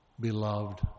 beloved